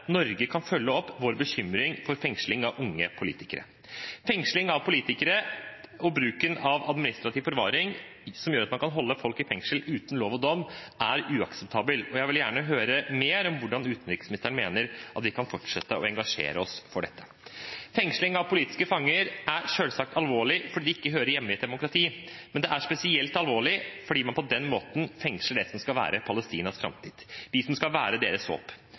Norge kan følge opp vår bekymring for fengsling av unge politikere på. Fengsling av politikere og bruken av administrativ forvaring, som gjør at man kan holde folk i fengsel uten lov og dom, er uakseptabel, og jeg vil gjerne høre mer om hvordan utenriksministeren mener at vi kan fortsette å engasjere oss for dette. Fengsling av politiske fanger er selvsagt alvorlig fordi det ikke hører hjemme i et demokrati, men det er spesielt alvorlig fordi man på den måten fengsler det som skal være Palestinas framtid, de som skal være deres håp.